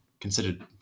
considered